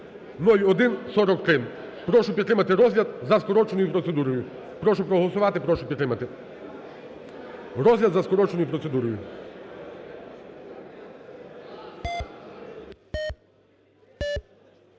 (0143). Прошу підтримати розгляд за скороченою процедурою.